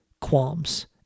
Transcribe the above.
qualms